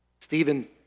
Stephen